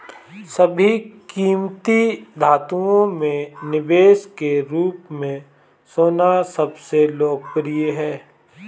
सभी कीमती धातुओं में निवेश के रूप में सोना सबसे लोकप्रिय है